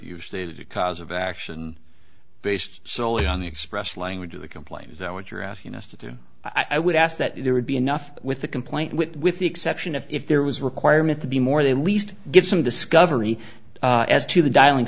you've stated a cause of action based solely on the expressed language of the complaint is that what you're asking us to do i would ask that there would be enough with the complaint with with the exception if there was a requirement to be more the least get some discovery as to the dialing